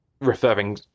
referring